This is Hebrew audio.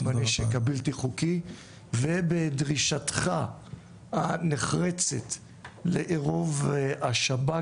בנשק הבלחי חוקי ובדרישתך הנחרצת לעירוב השב"כ